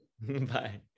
bye